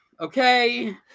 okay